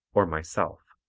or myself.